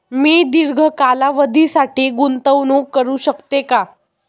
मी दीर्घ कालावधीसाठी गुंतवणूक करू शकते का?